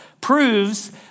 proves